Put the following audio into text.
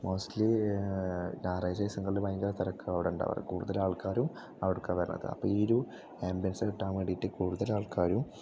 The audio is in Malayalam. മോസ്റ്റലി ഞായറാഴ്ച്ച ദിവസങ്ങളിൽ ഭയങ്കര തിരക്കാണ് അവിടേണ്ടാവാറ് കൂടുതലാൾക്കാരും അവിടെക്കാണ് വരുന്നത് അപ്പം ഈയൊരു ആമ്പിയൻസ് കിട്ടാൻ വേണ്ടിയിട്ട് കൂടുതലാൾക്കാരും